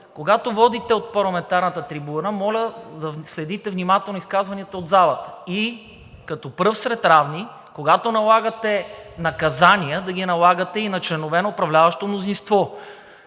когато водите от парламентарната трибуна, моля да следите внимателно изказванията от залата и като пръв сред равни, когато налагате наказания, да ги налагате и на членове на управляващото мнозинство.